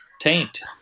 taint